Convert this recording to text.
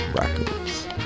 records